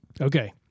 Okay